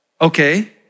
Okay